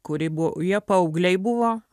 kuri buvo jie paaugliai buvo